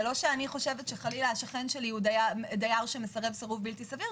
זה לא שאני חושבת שחלילה השכן שלי הוא דייר שמסרב סירוב בלתי סביר,